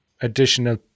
additional